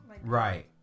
Right